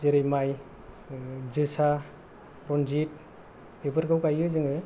जेरै माइ गायनाय जोसा रनजित बेफोरखौ गायो जोङो